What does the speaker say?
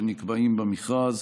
שנקבעים במכרז.